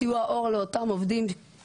יזכו להעסקה ישירה של אותם עובדי קבלן.